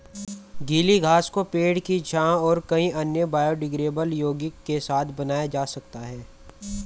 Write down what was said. गीली घास को पेड़ की छाल और कई अन्य बायोडिग्रेडेबल यौगिक के साथ बनाया जा सकता है